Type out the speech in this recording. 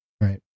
Right